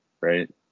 right